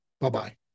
Bye-bye